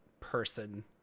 person